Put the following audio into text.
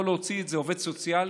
יכול להוציא את זה עובד סוציאלי,